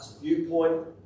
viewpoint